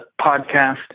podcast